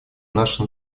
наша